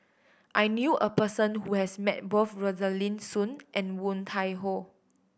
I knew a person who has met both Rosaline Soon and Woon Tai Ho